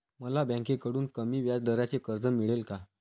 मला बँकेकडून कमी व्याजदराचे कर्ज मिळेल का?